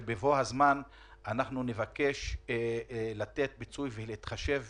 ובבוא הזמן אנחנו נבקש לתת פיצוי ולהתחשב